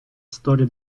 storia